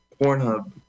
Pornhub